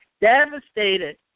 Devastated